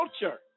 culture